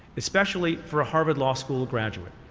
especially for a harvard law school graduate.